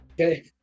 Okay